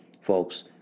folks